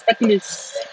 speculous